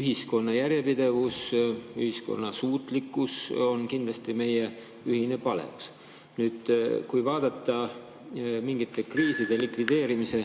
Ühiskonna järjepidevus, ühiskonna suutlikkus on kindlasti meie ühised paleused. Kui vaadata mingite kriiside likvideerimise